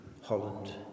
Holland